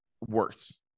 worse